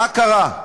מה קרה?